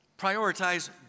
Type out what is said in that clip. Prioritize